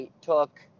took